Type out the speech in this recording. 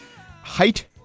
height